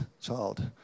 child